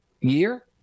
year